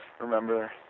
remember